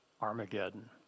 Armageddon